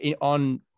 on